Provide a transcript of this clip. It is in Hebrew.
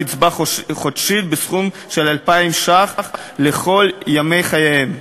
קצבה חודשים בסך 2,000 שקלים לכל ימי חייהם.